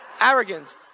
arrogant